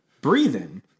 Breathing